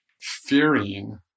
fearing